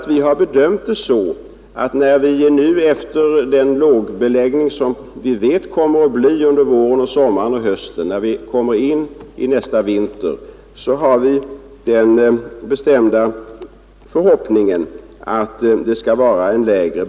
Vi har därför den bestämda förhoppningen att vi under nästa vinter skall ha en lägre beläggning än vi har i dag och att situationen därigenom skall kunna bemästras.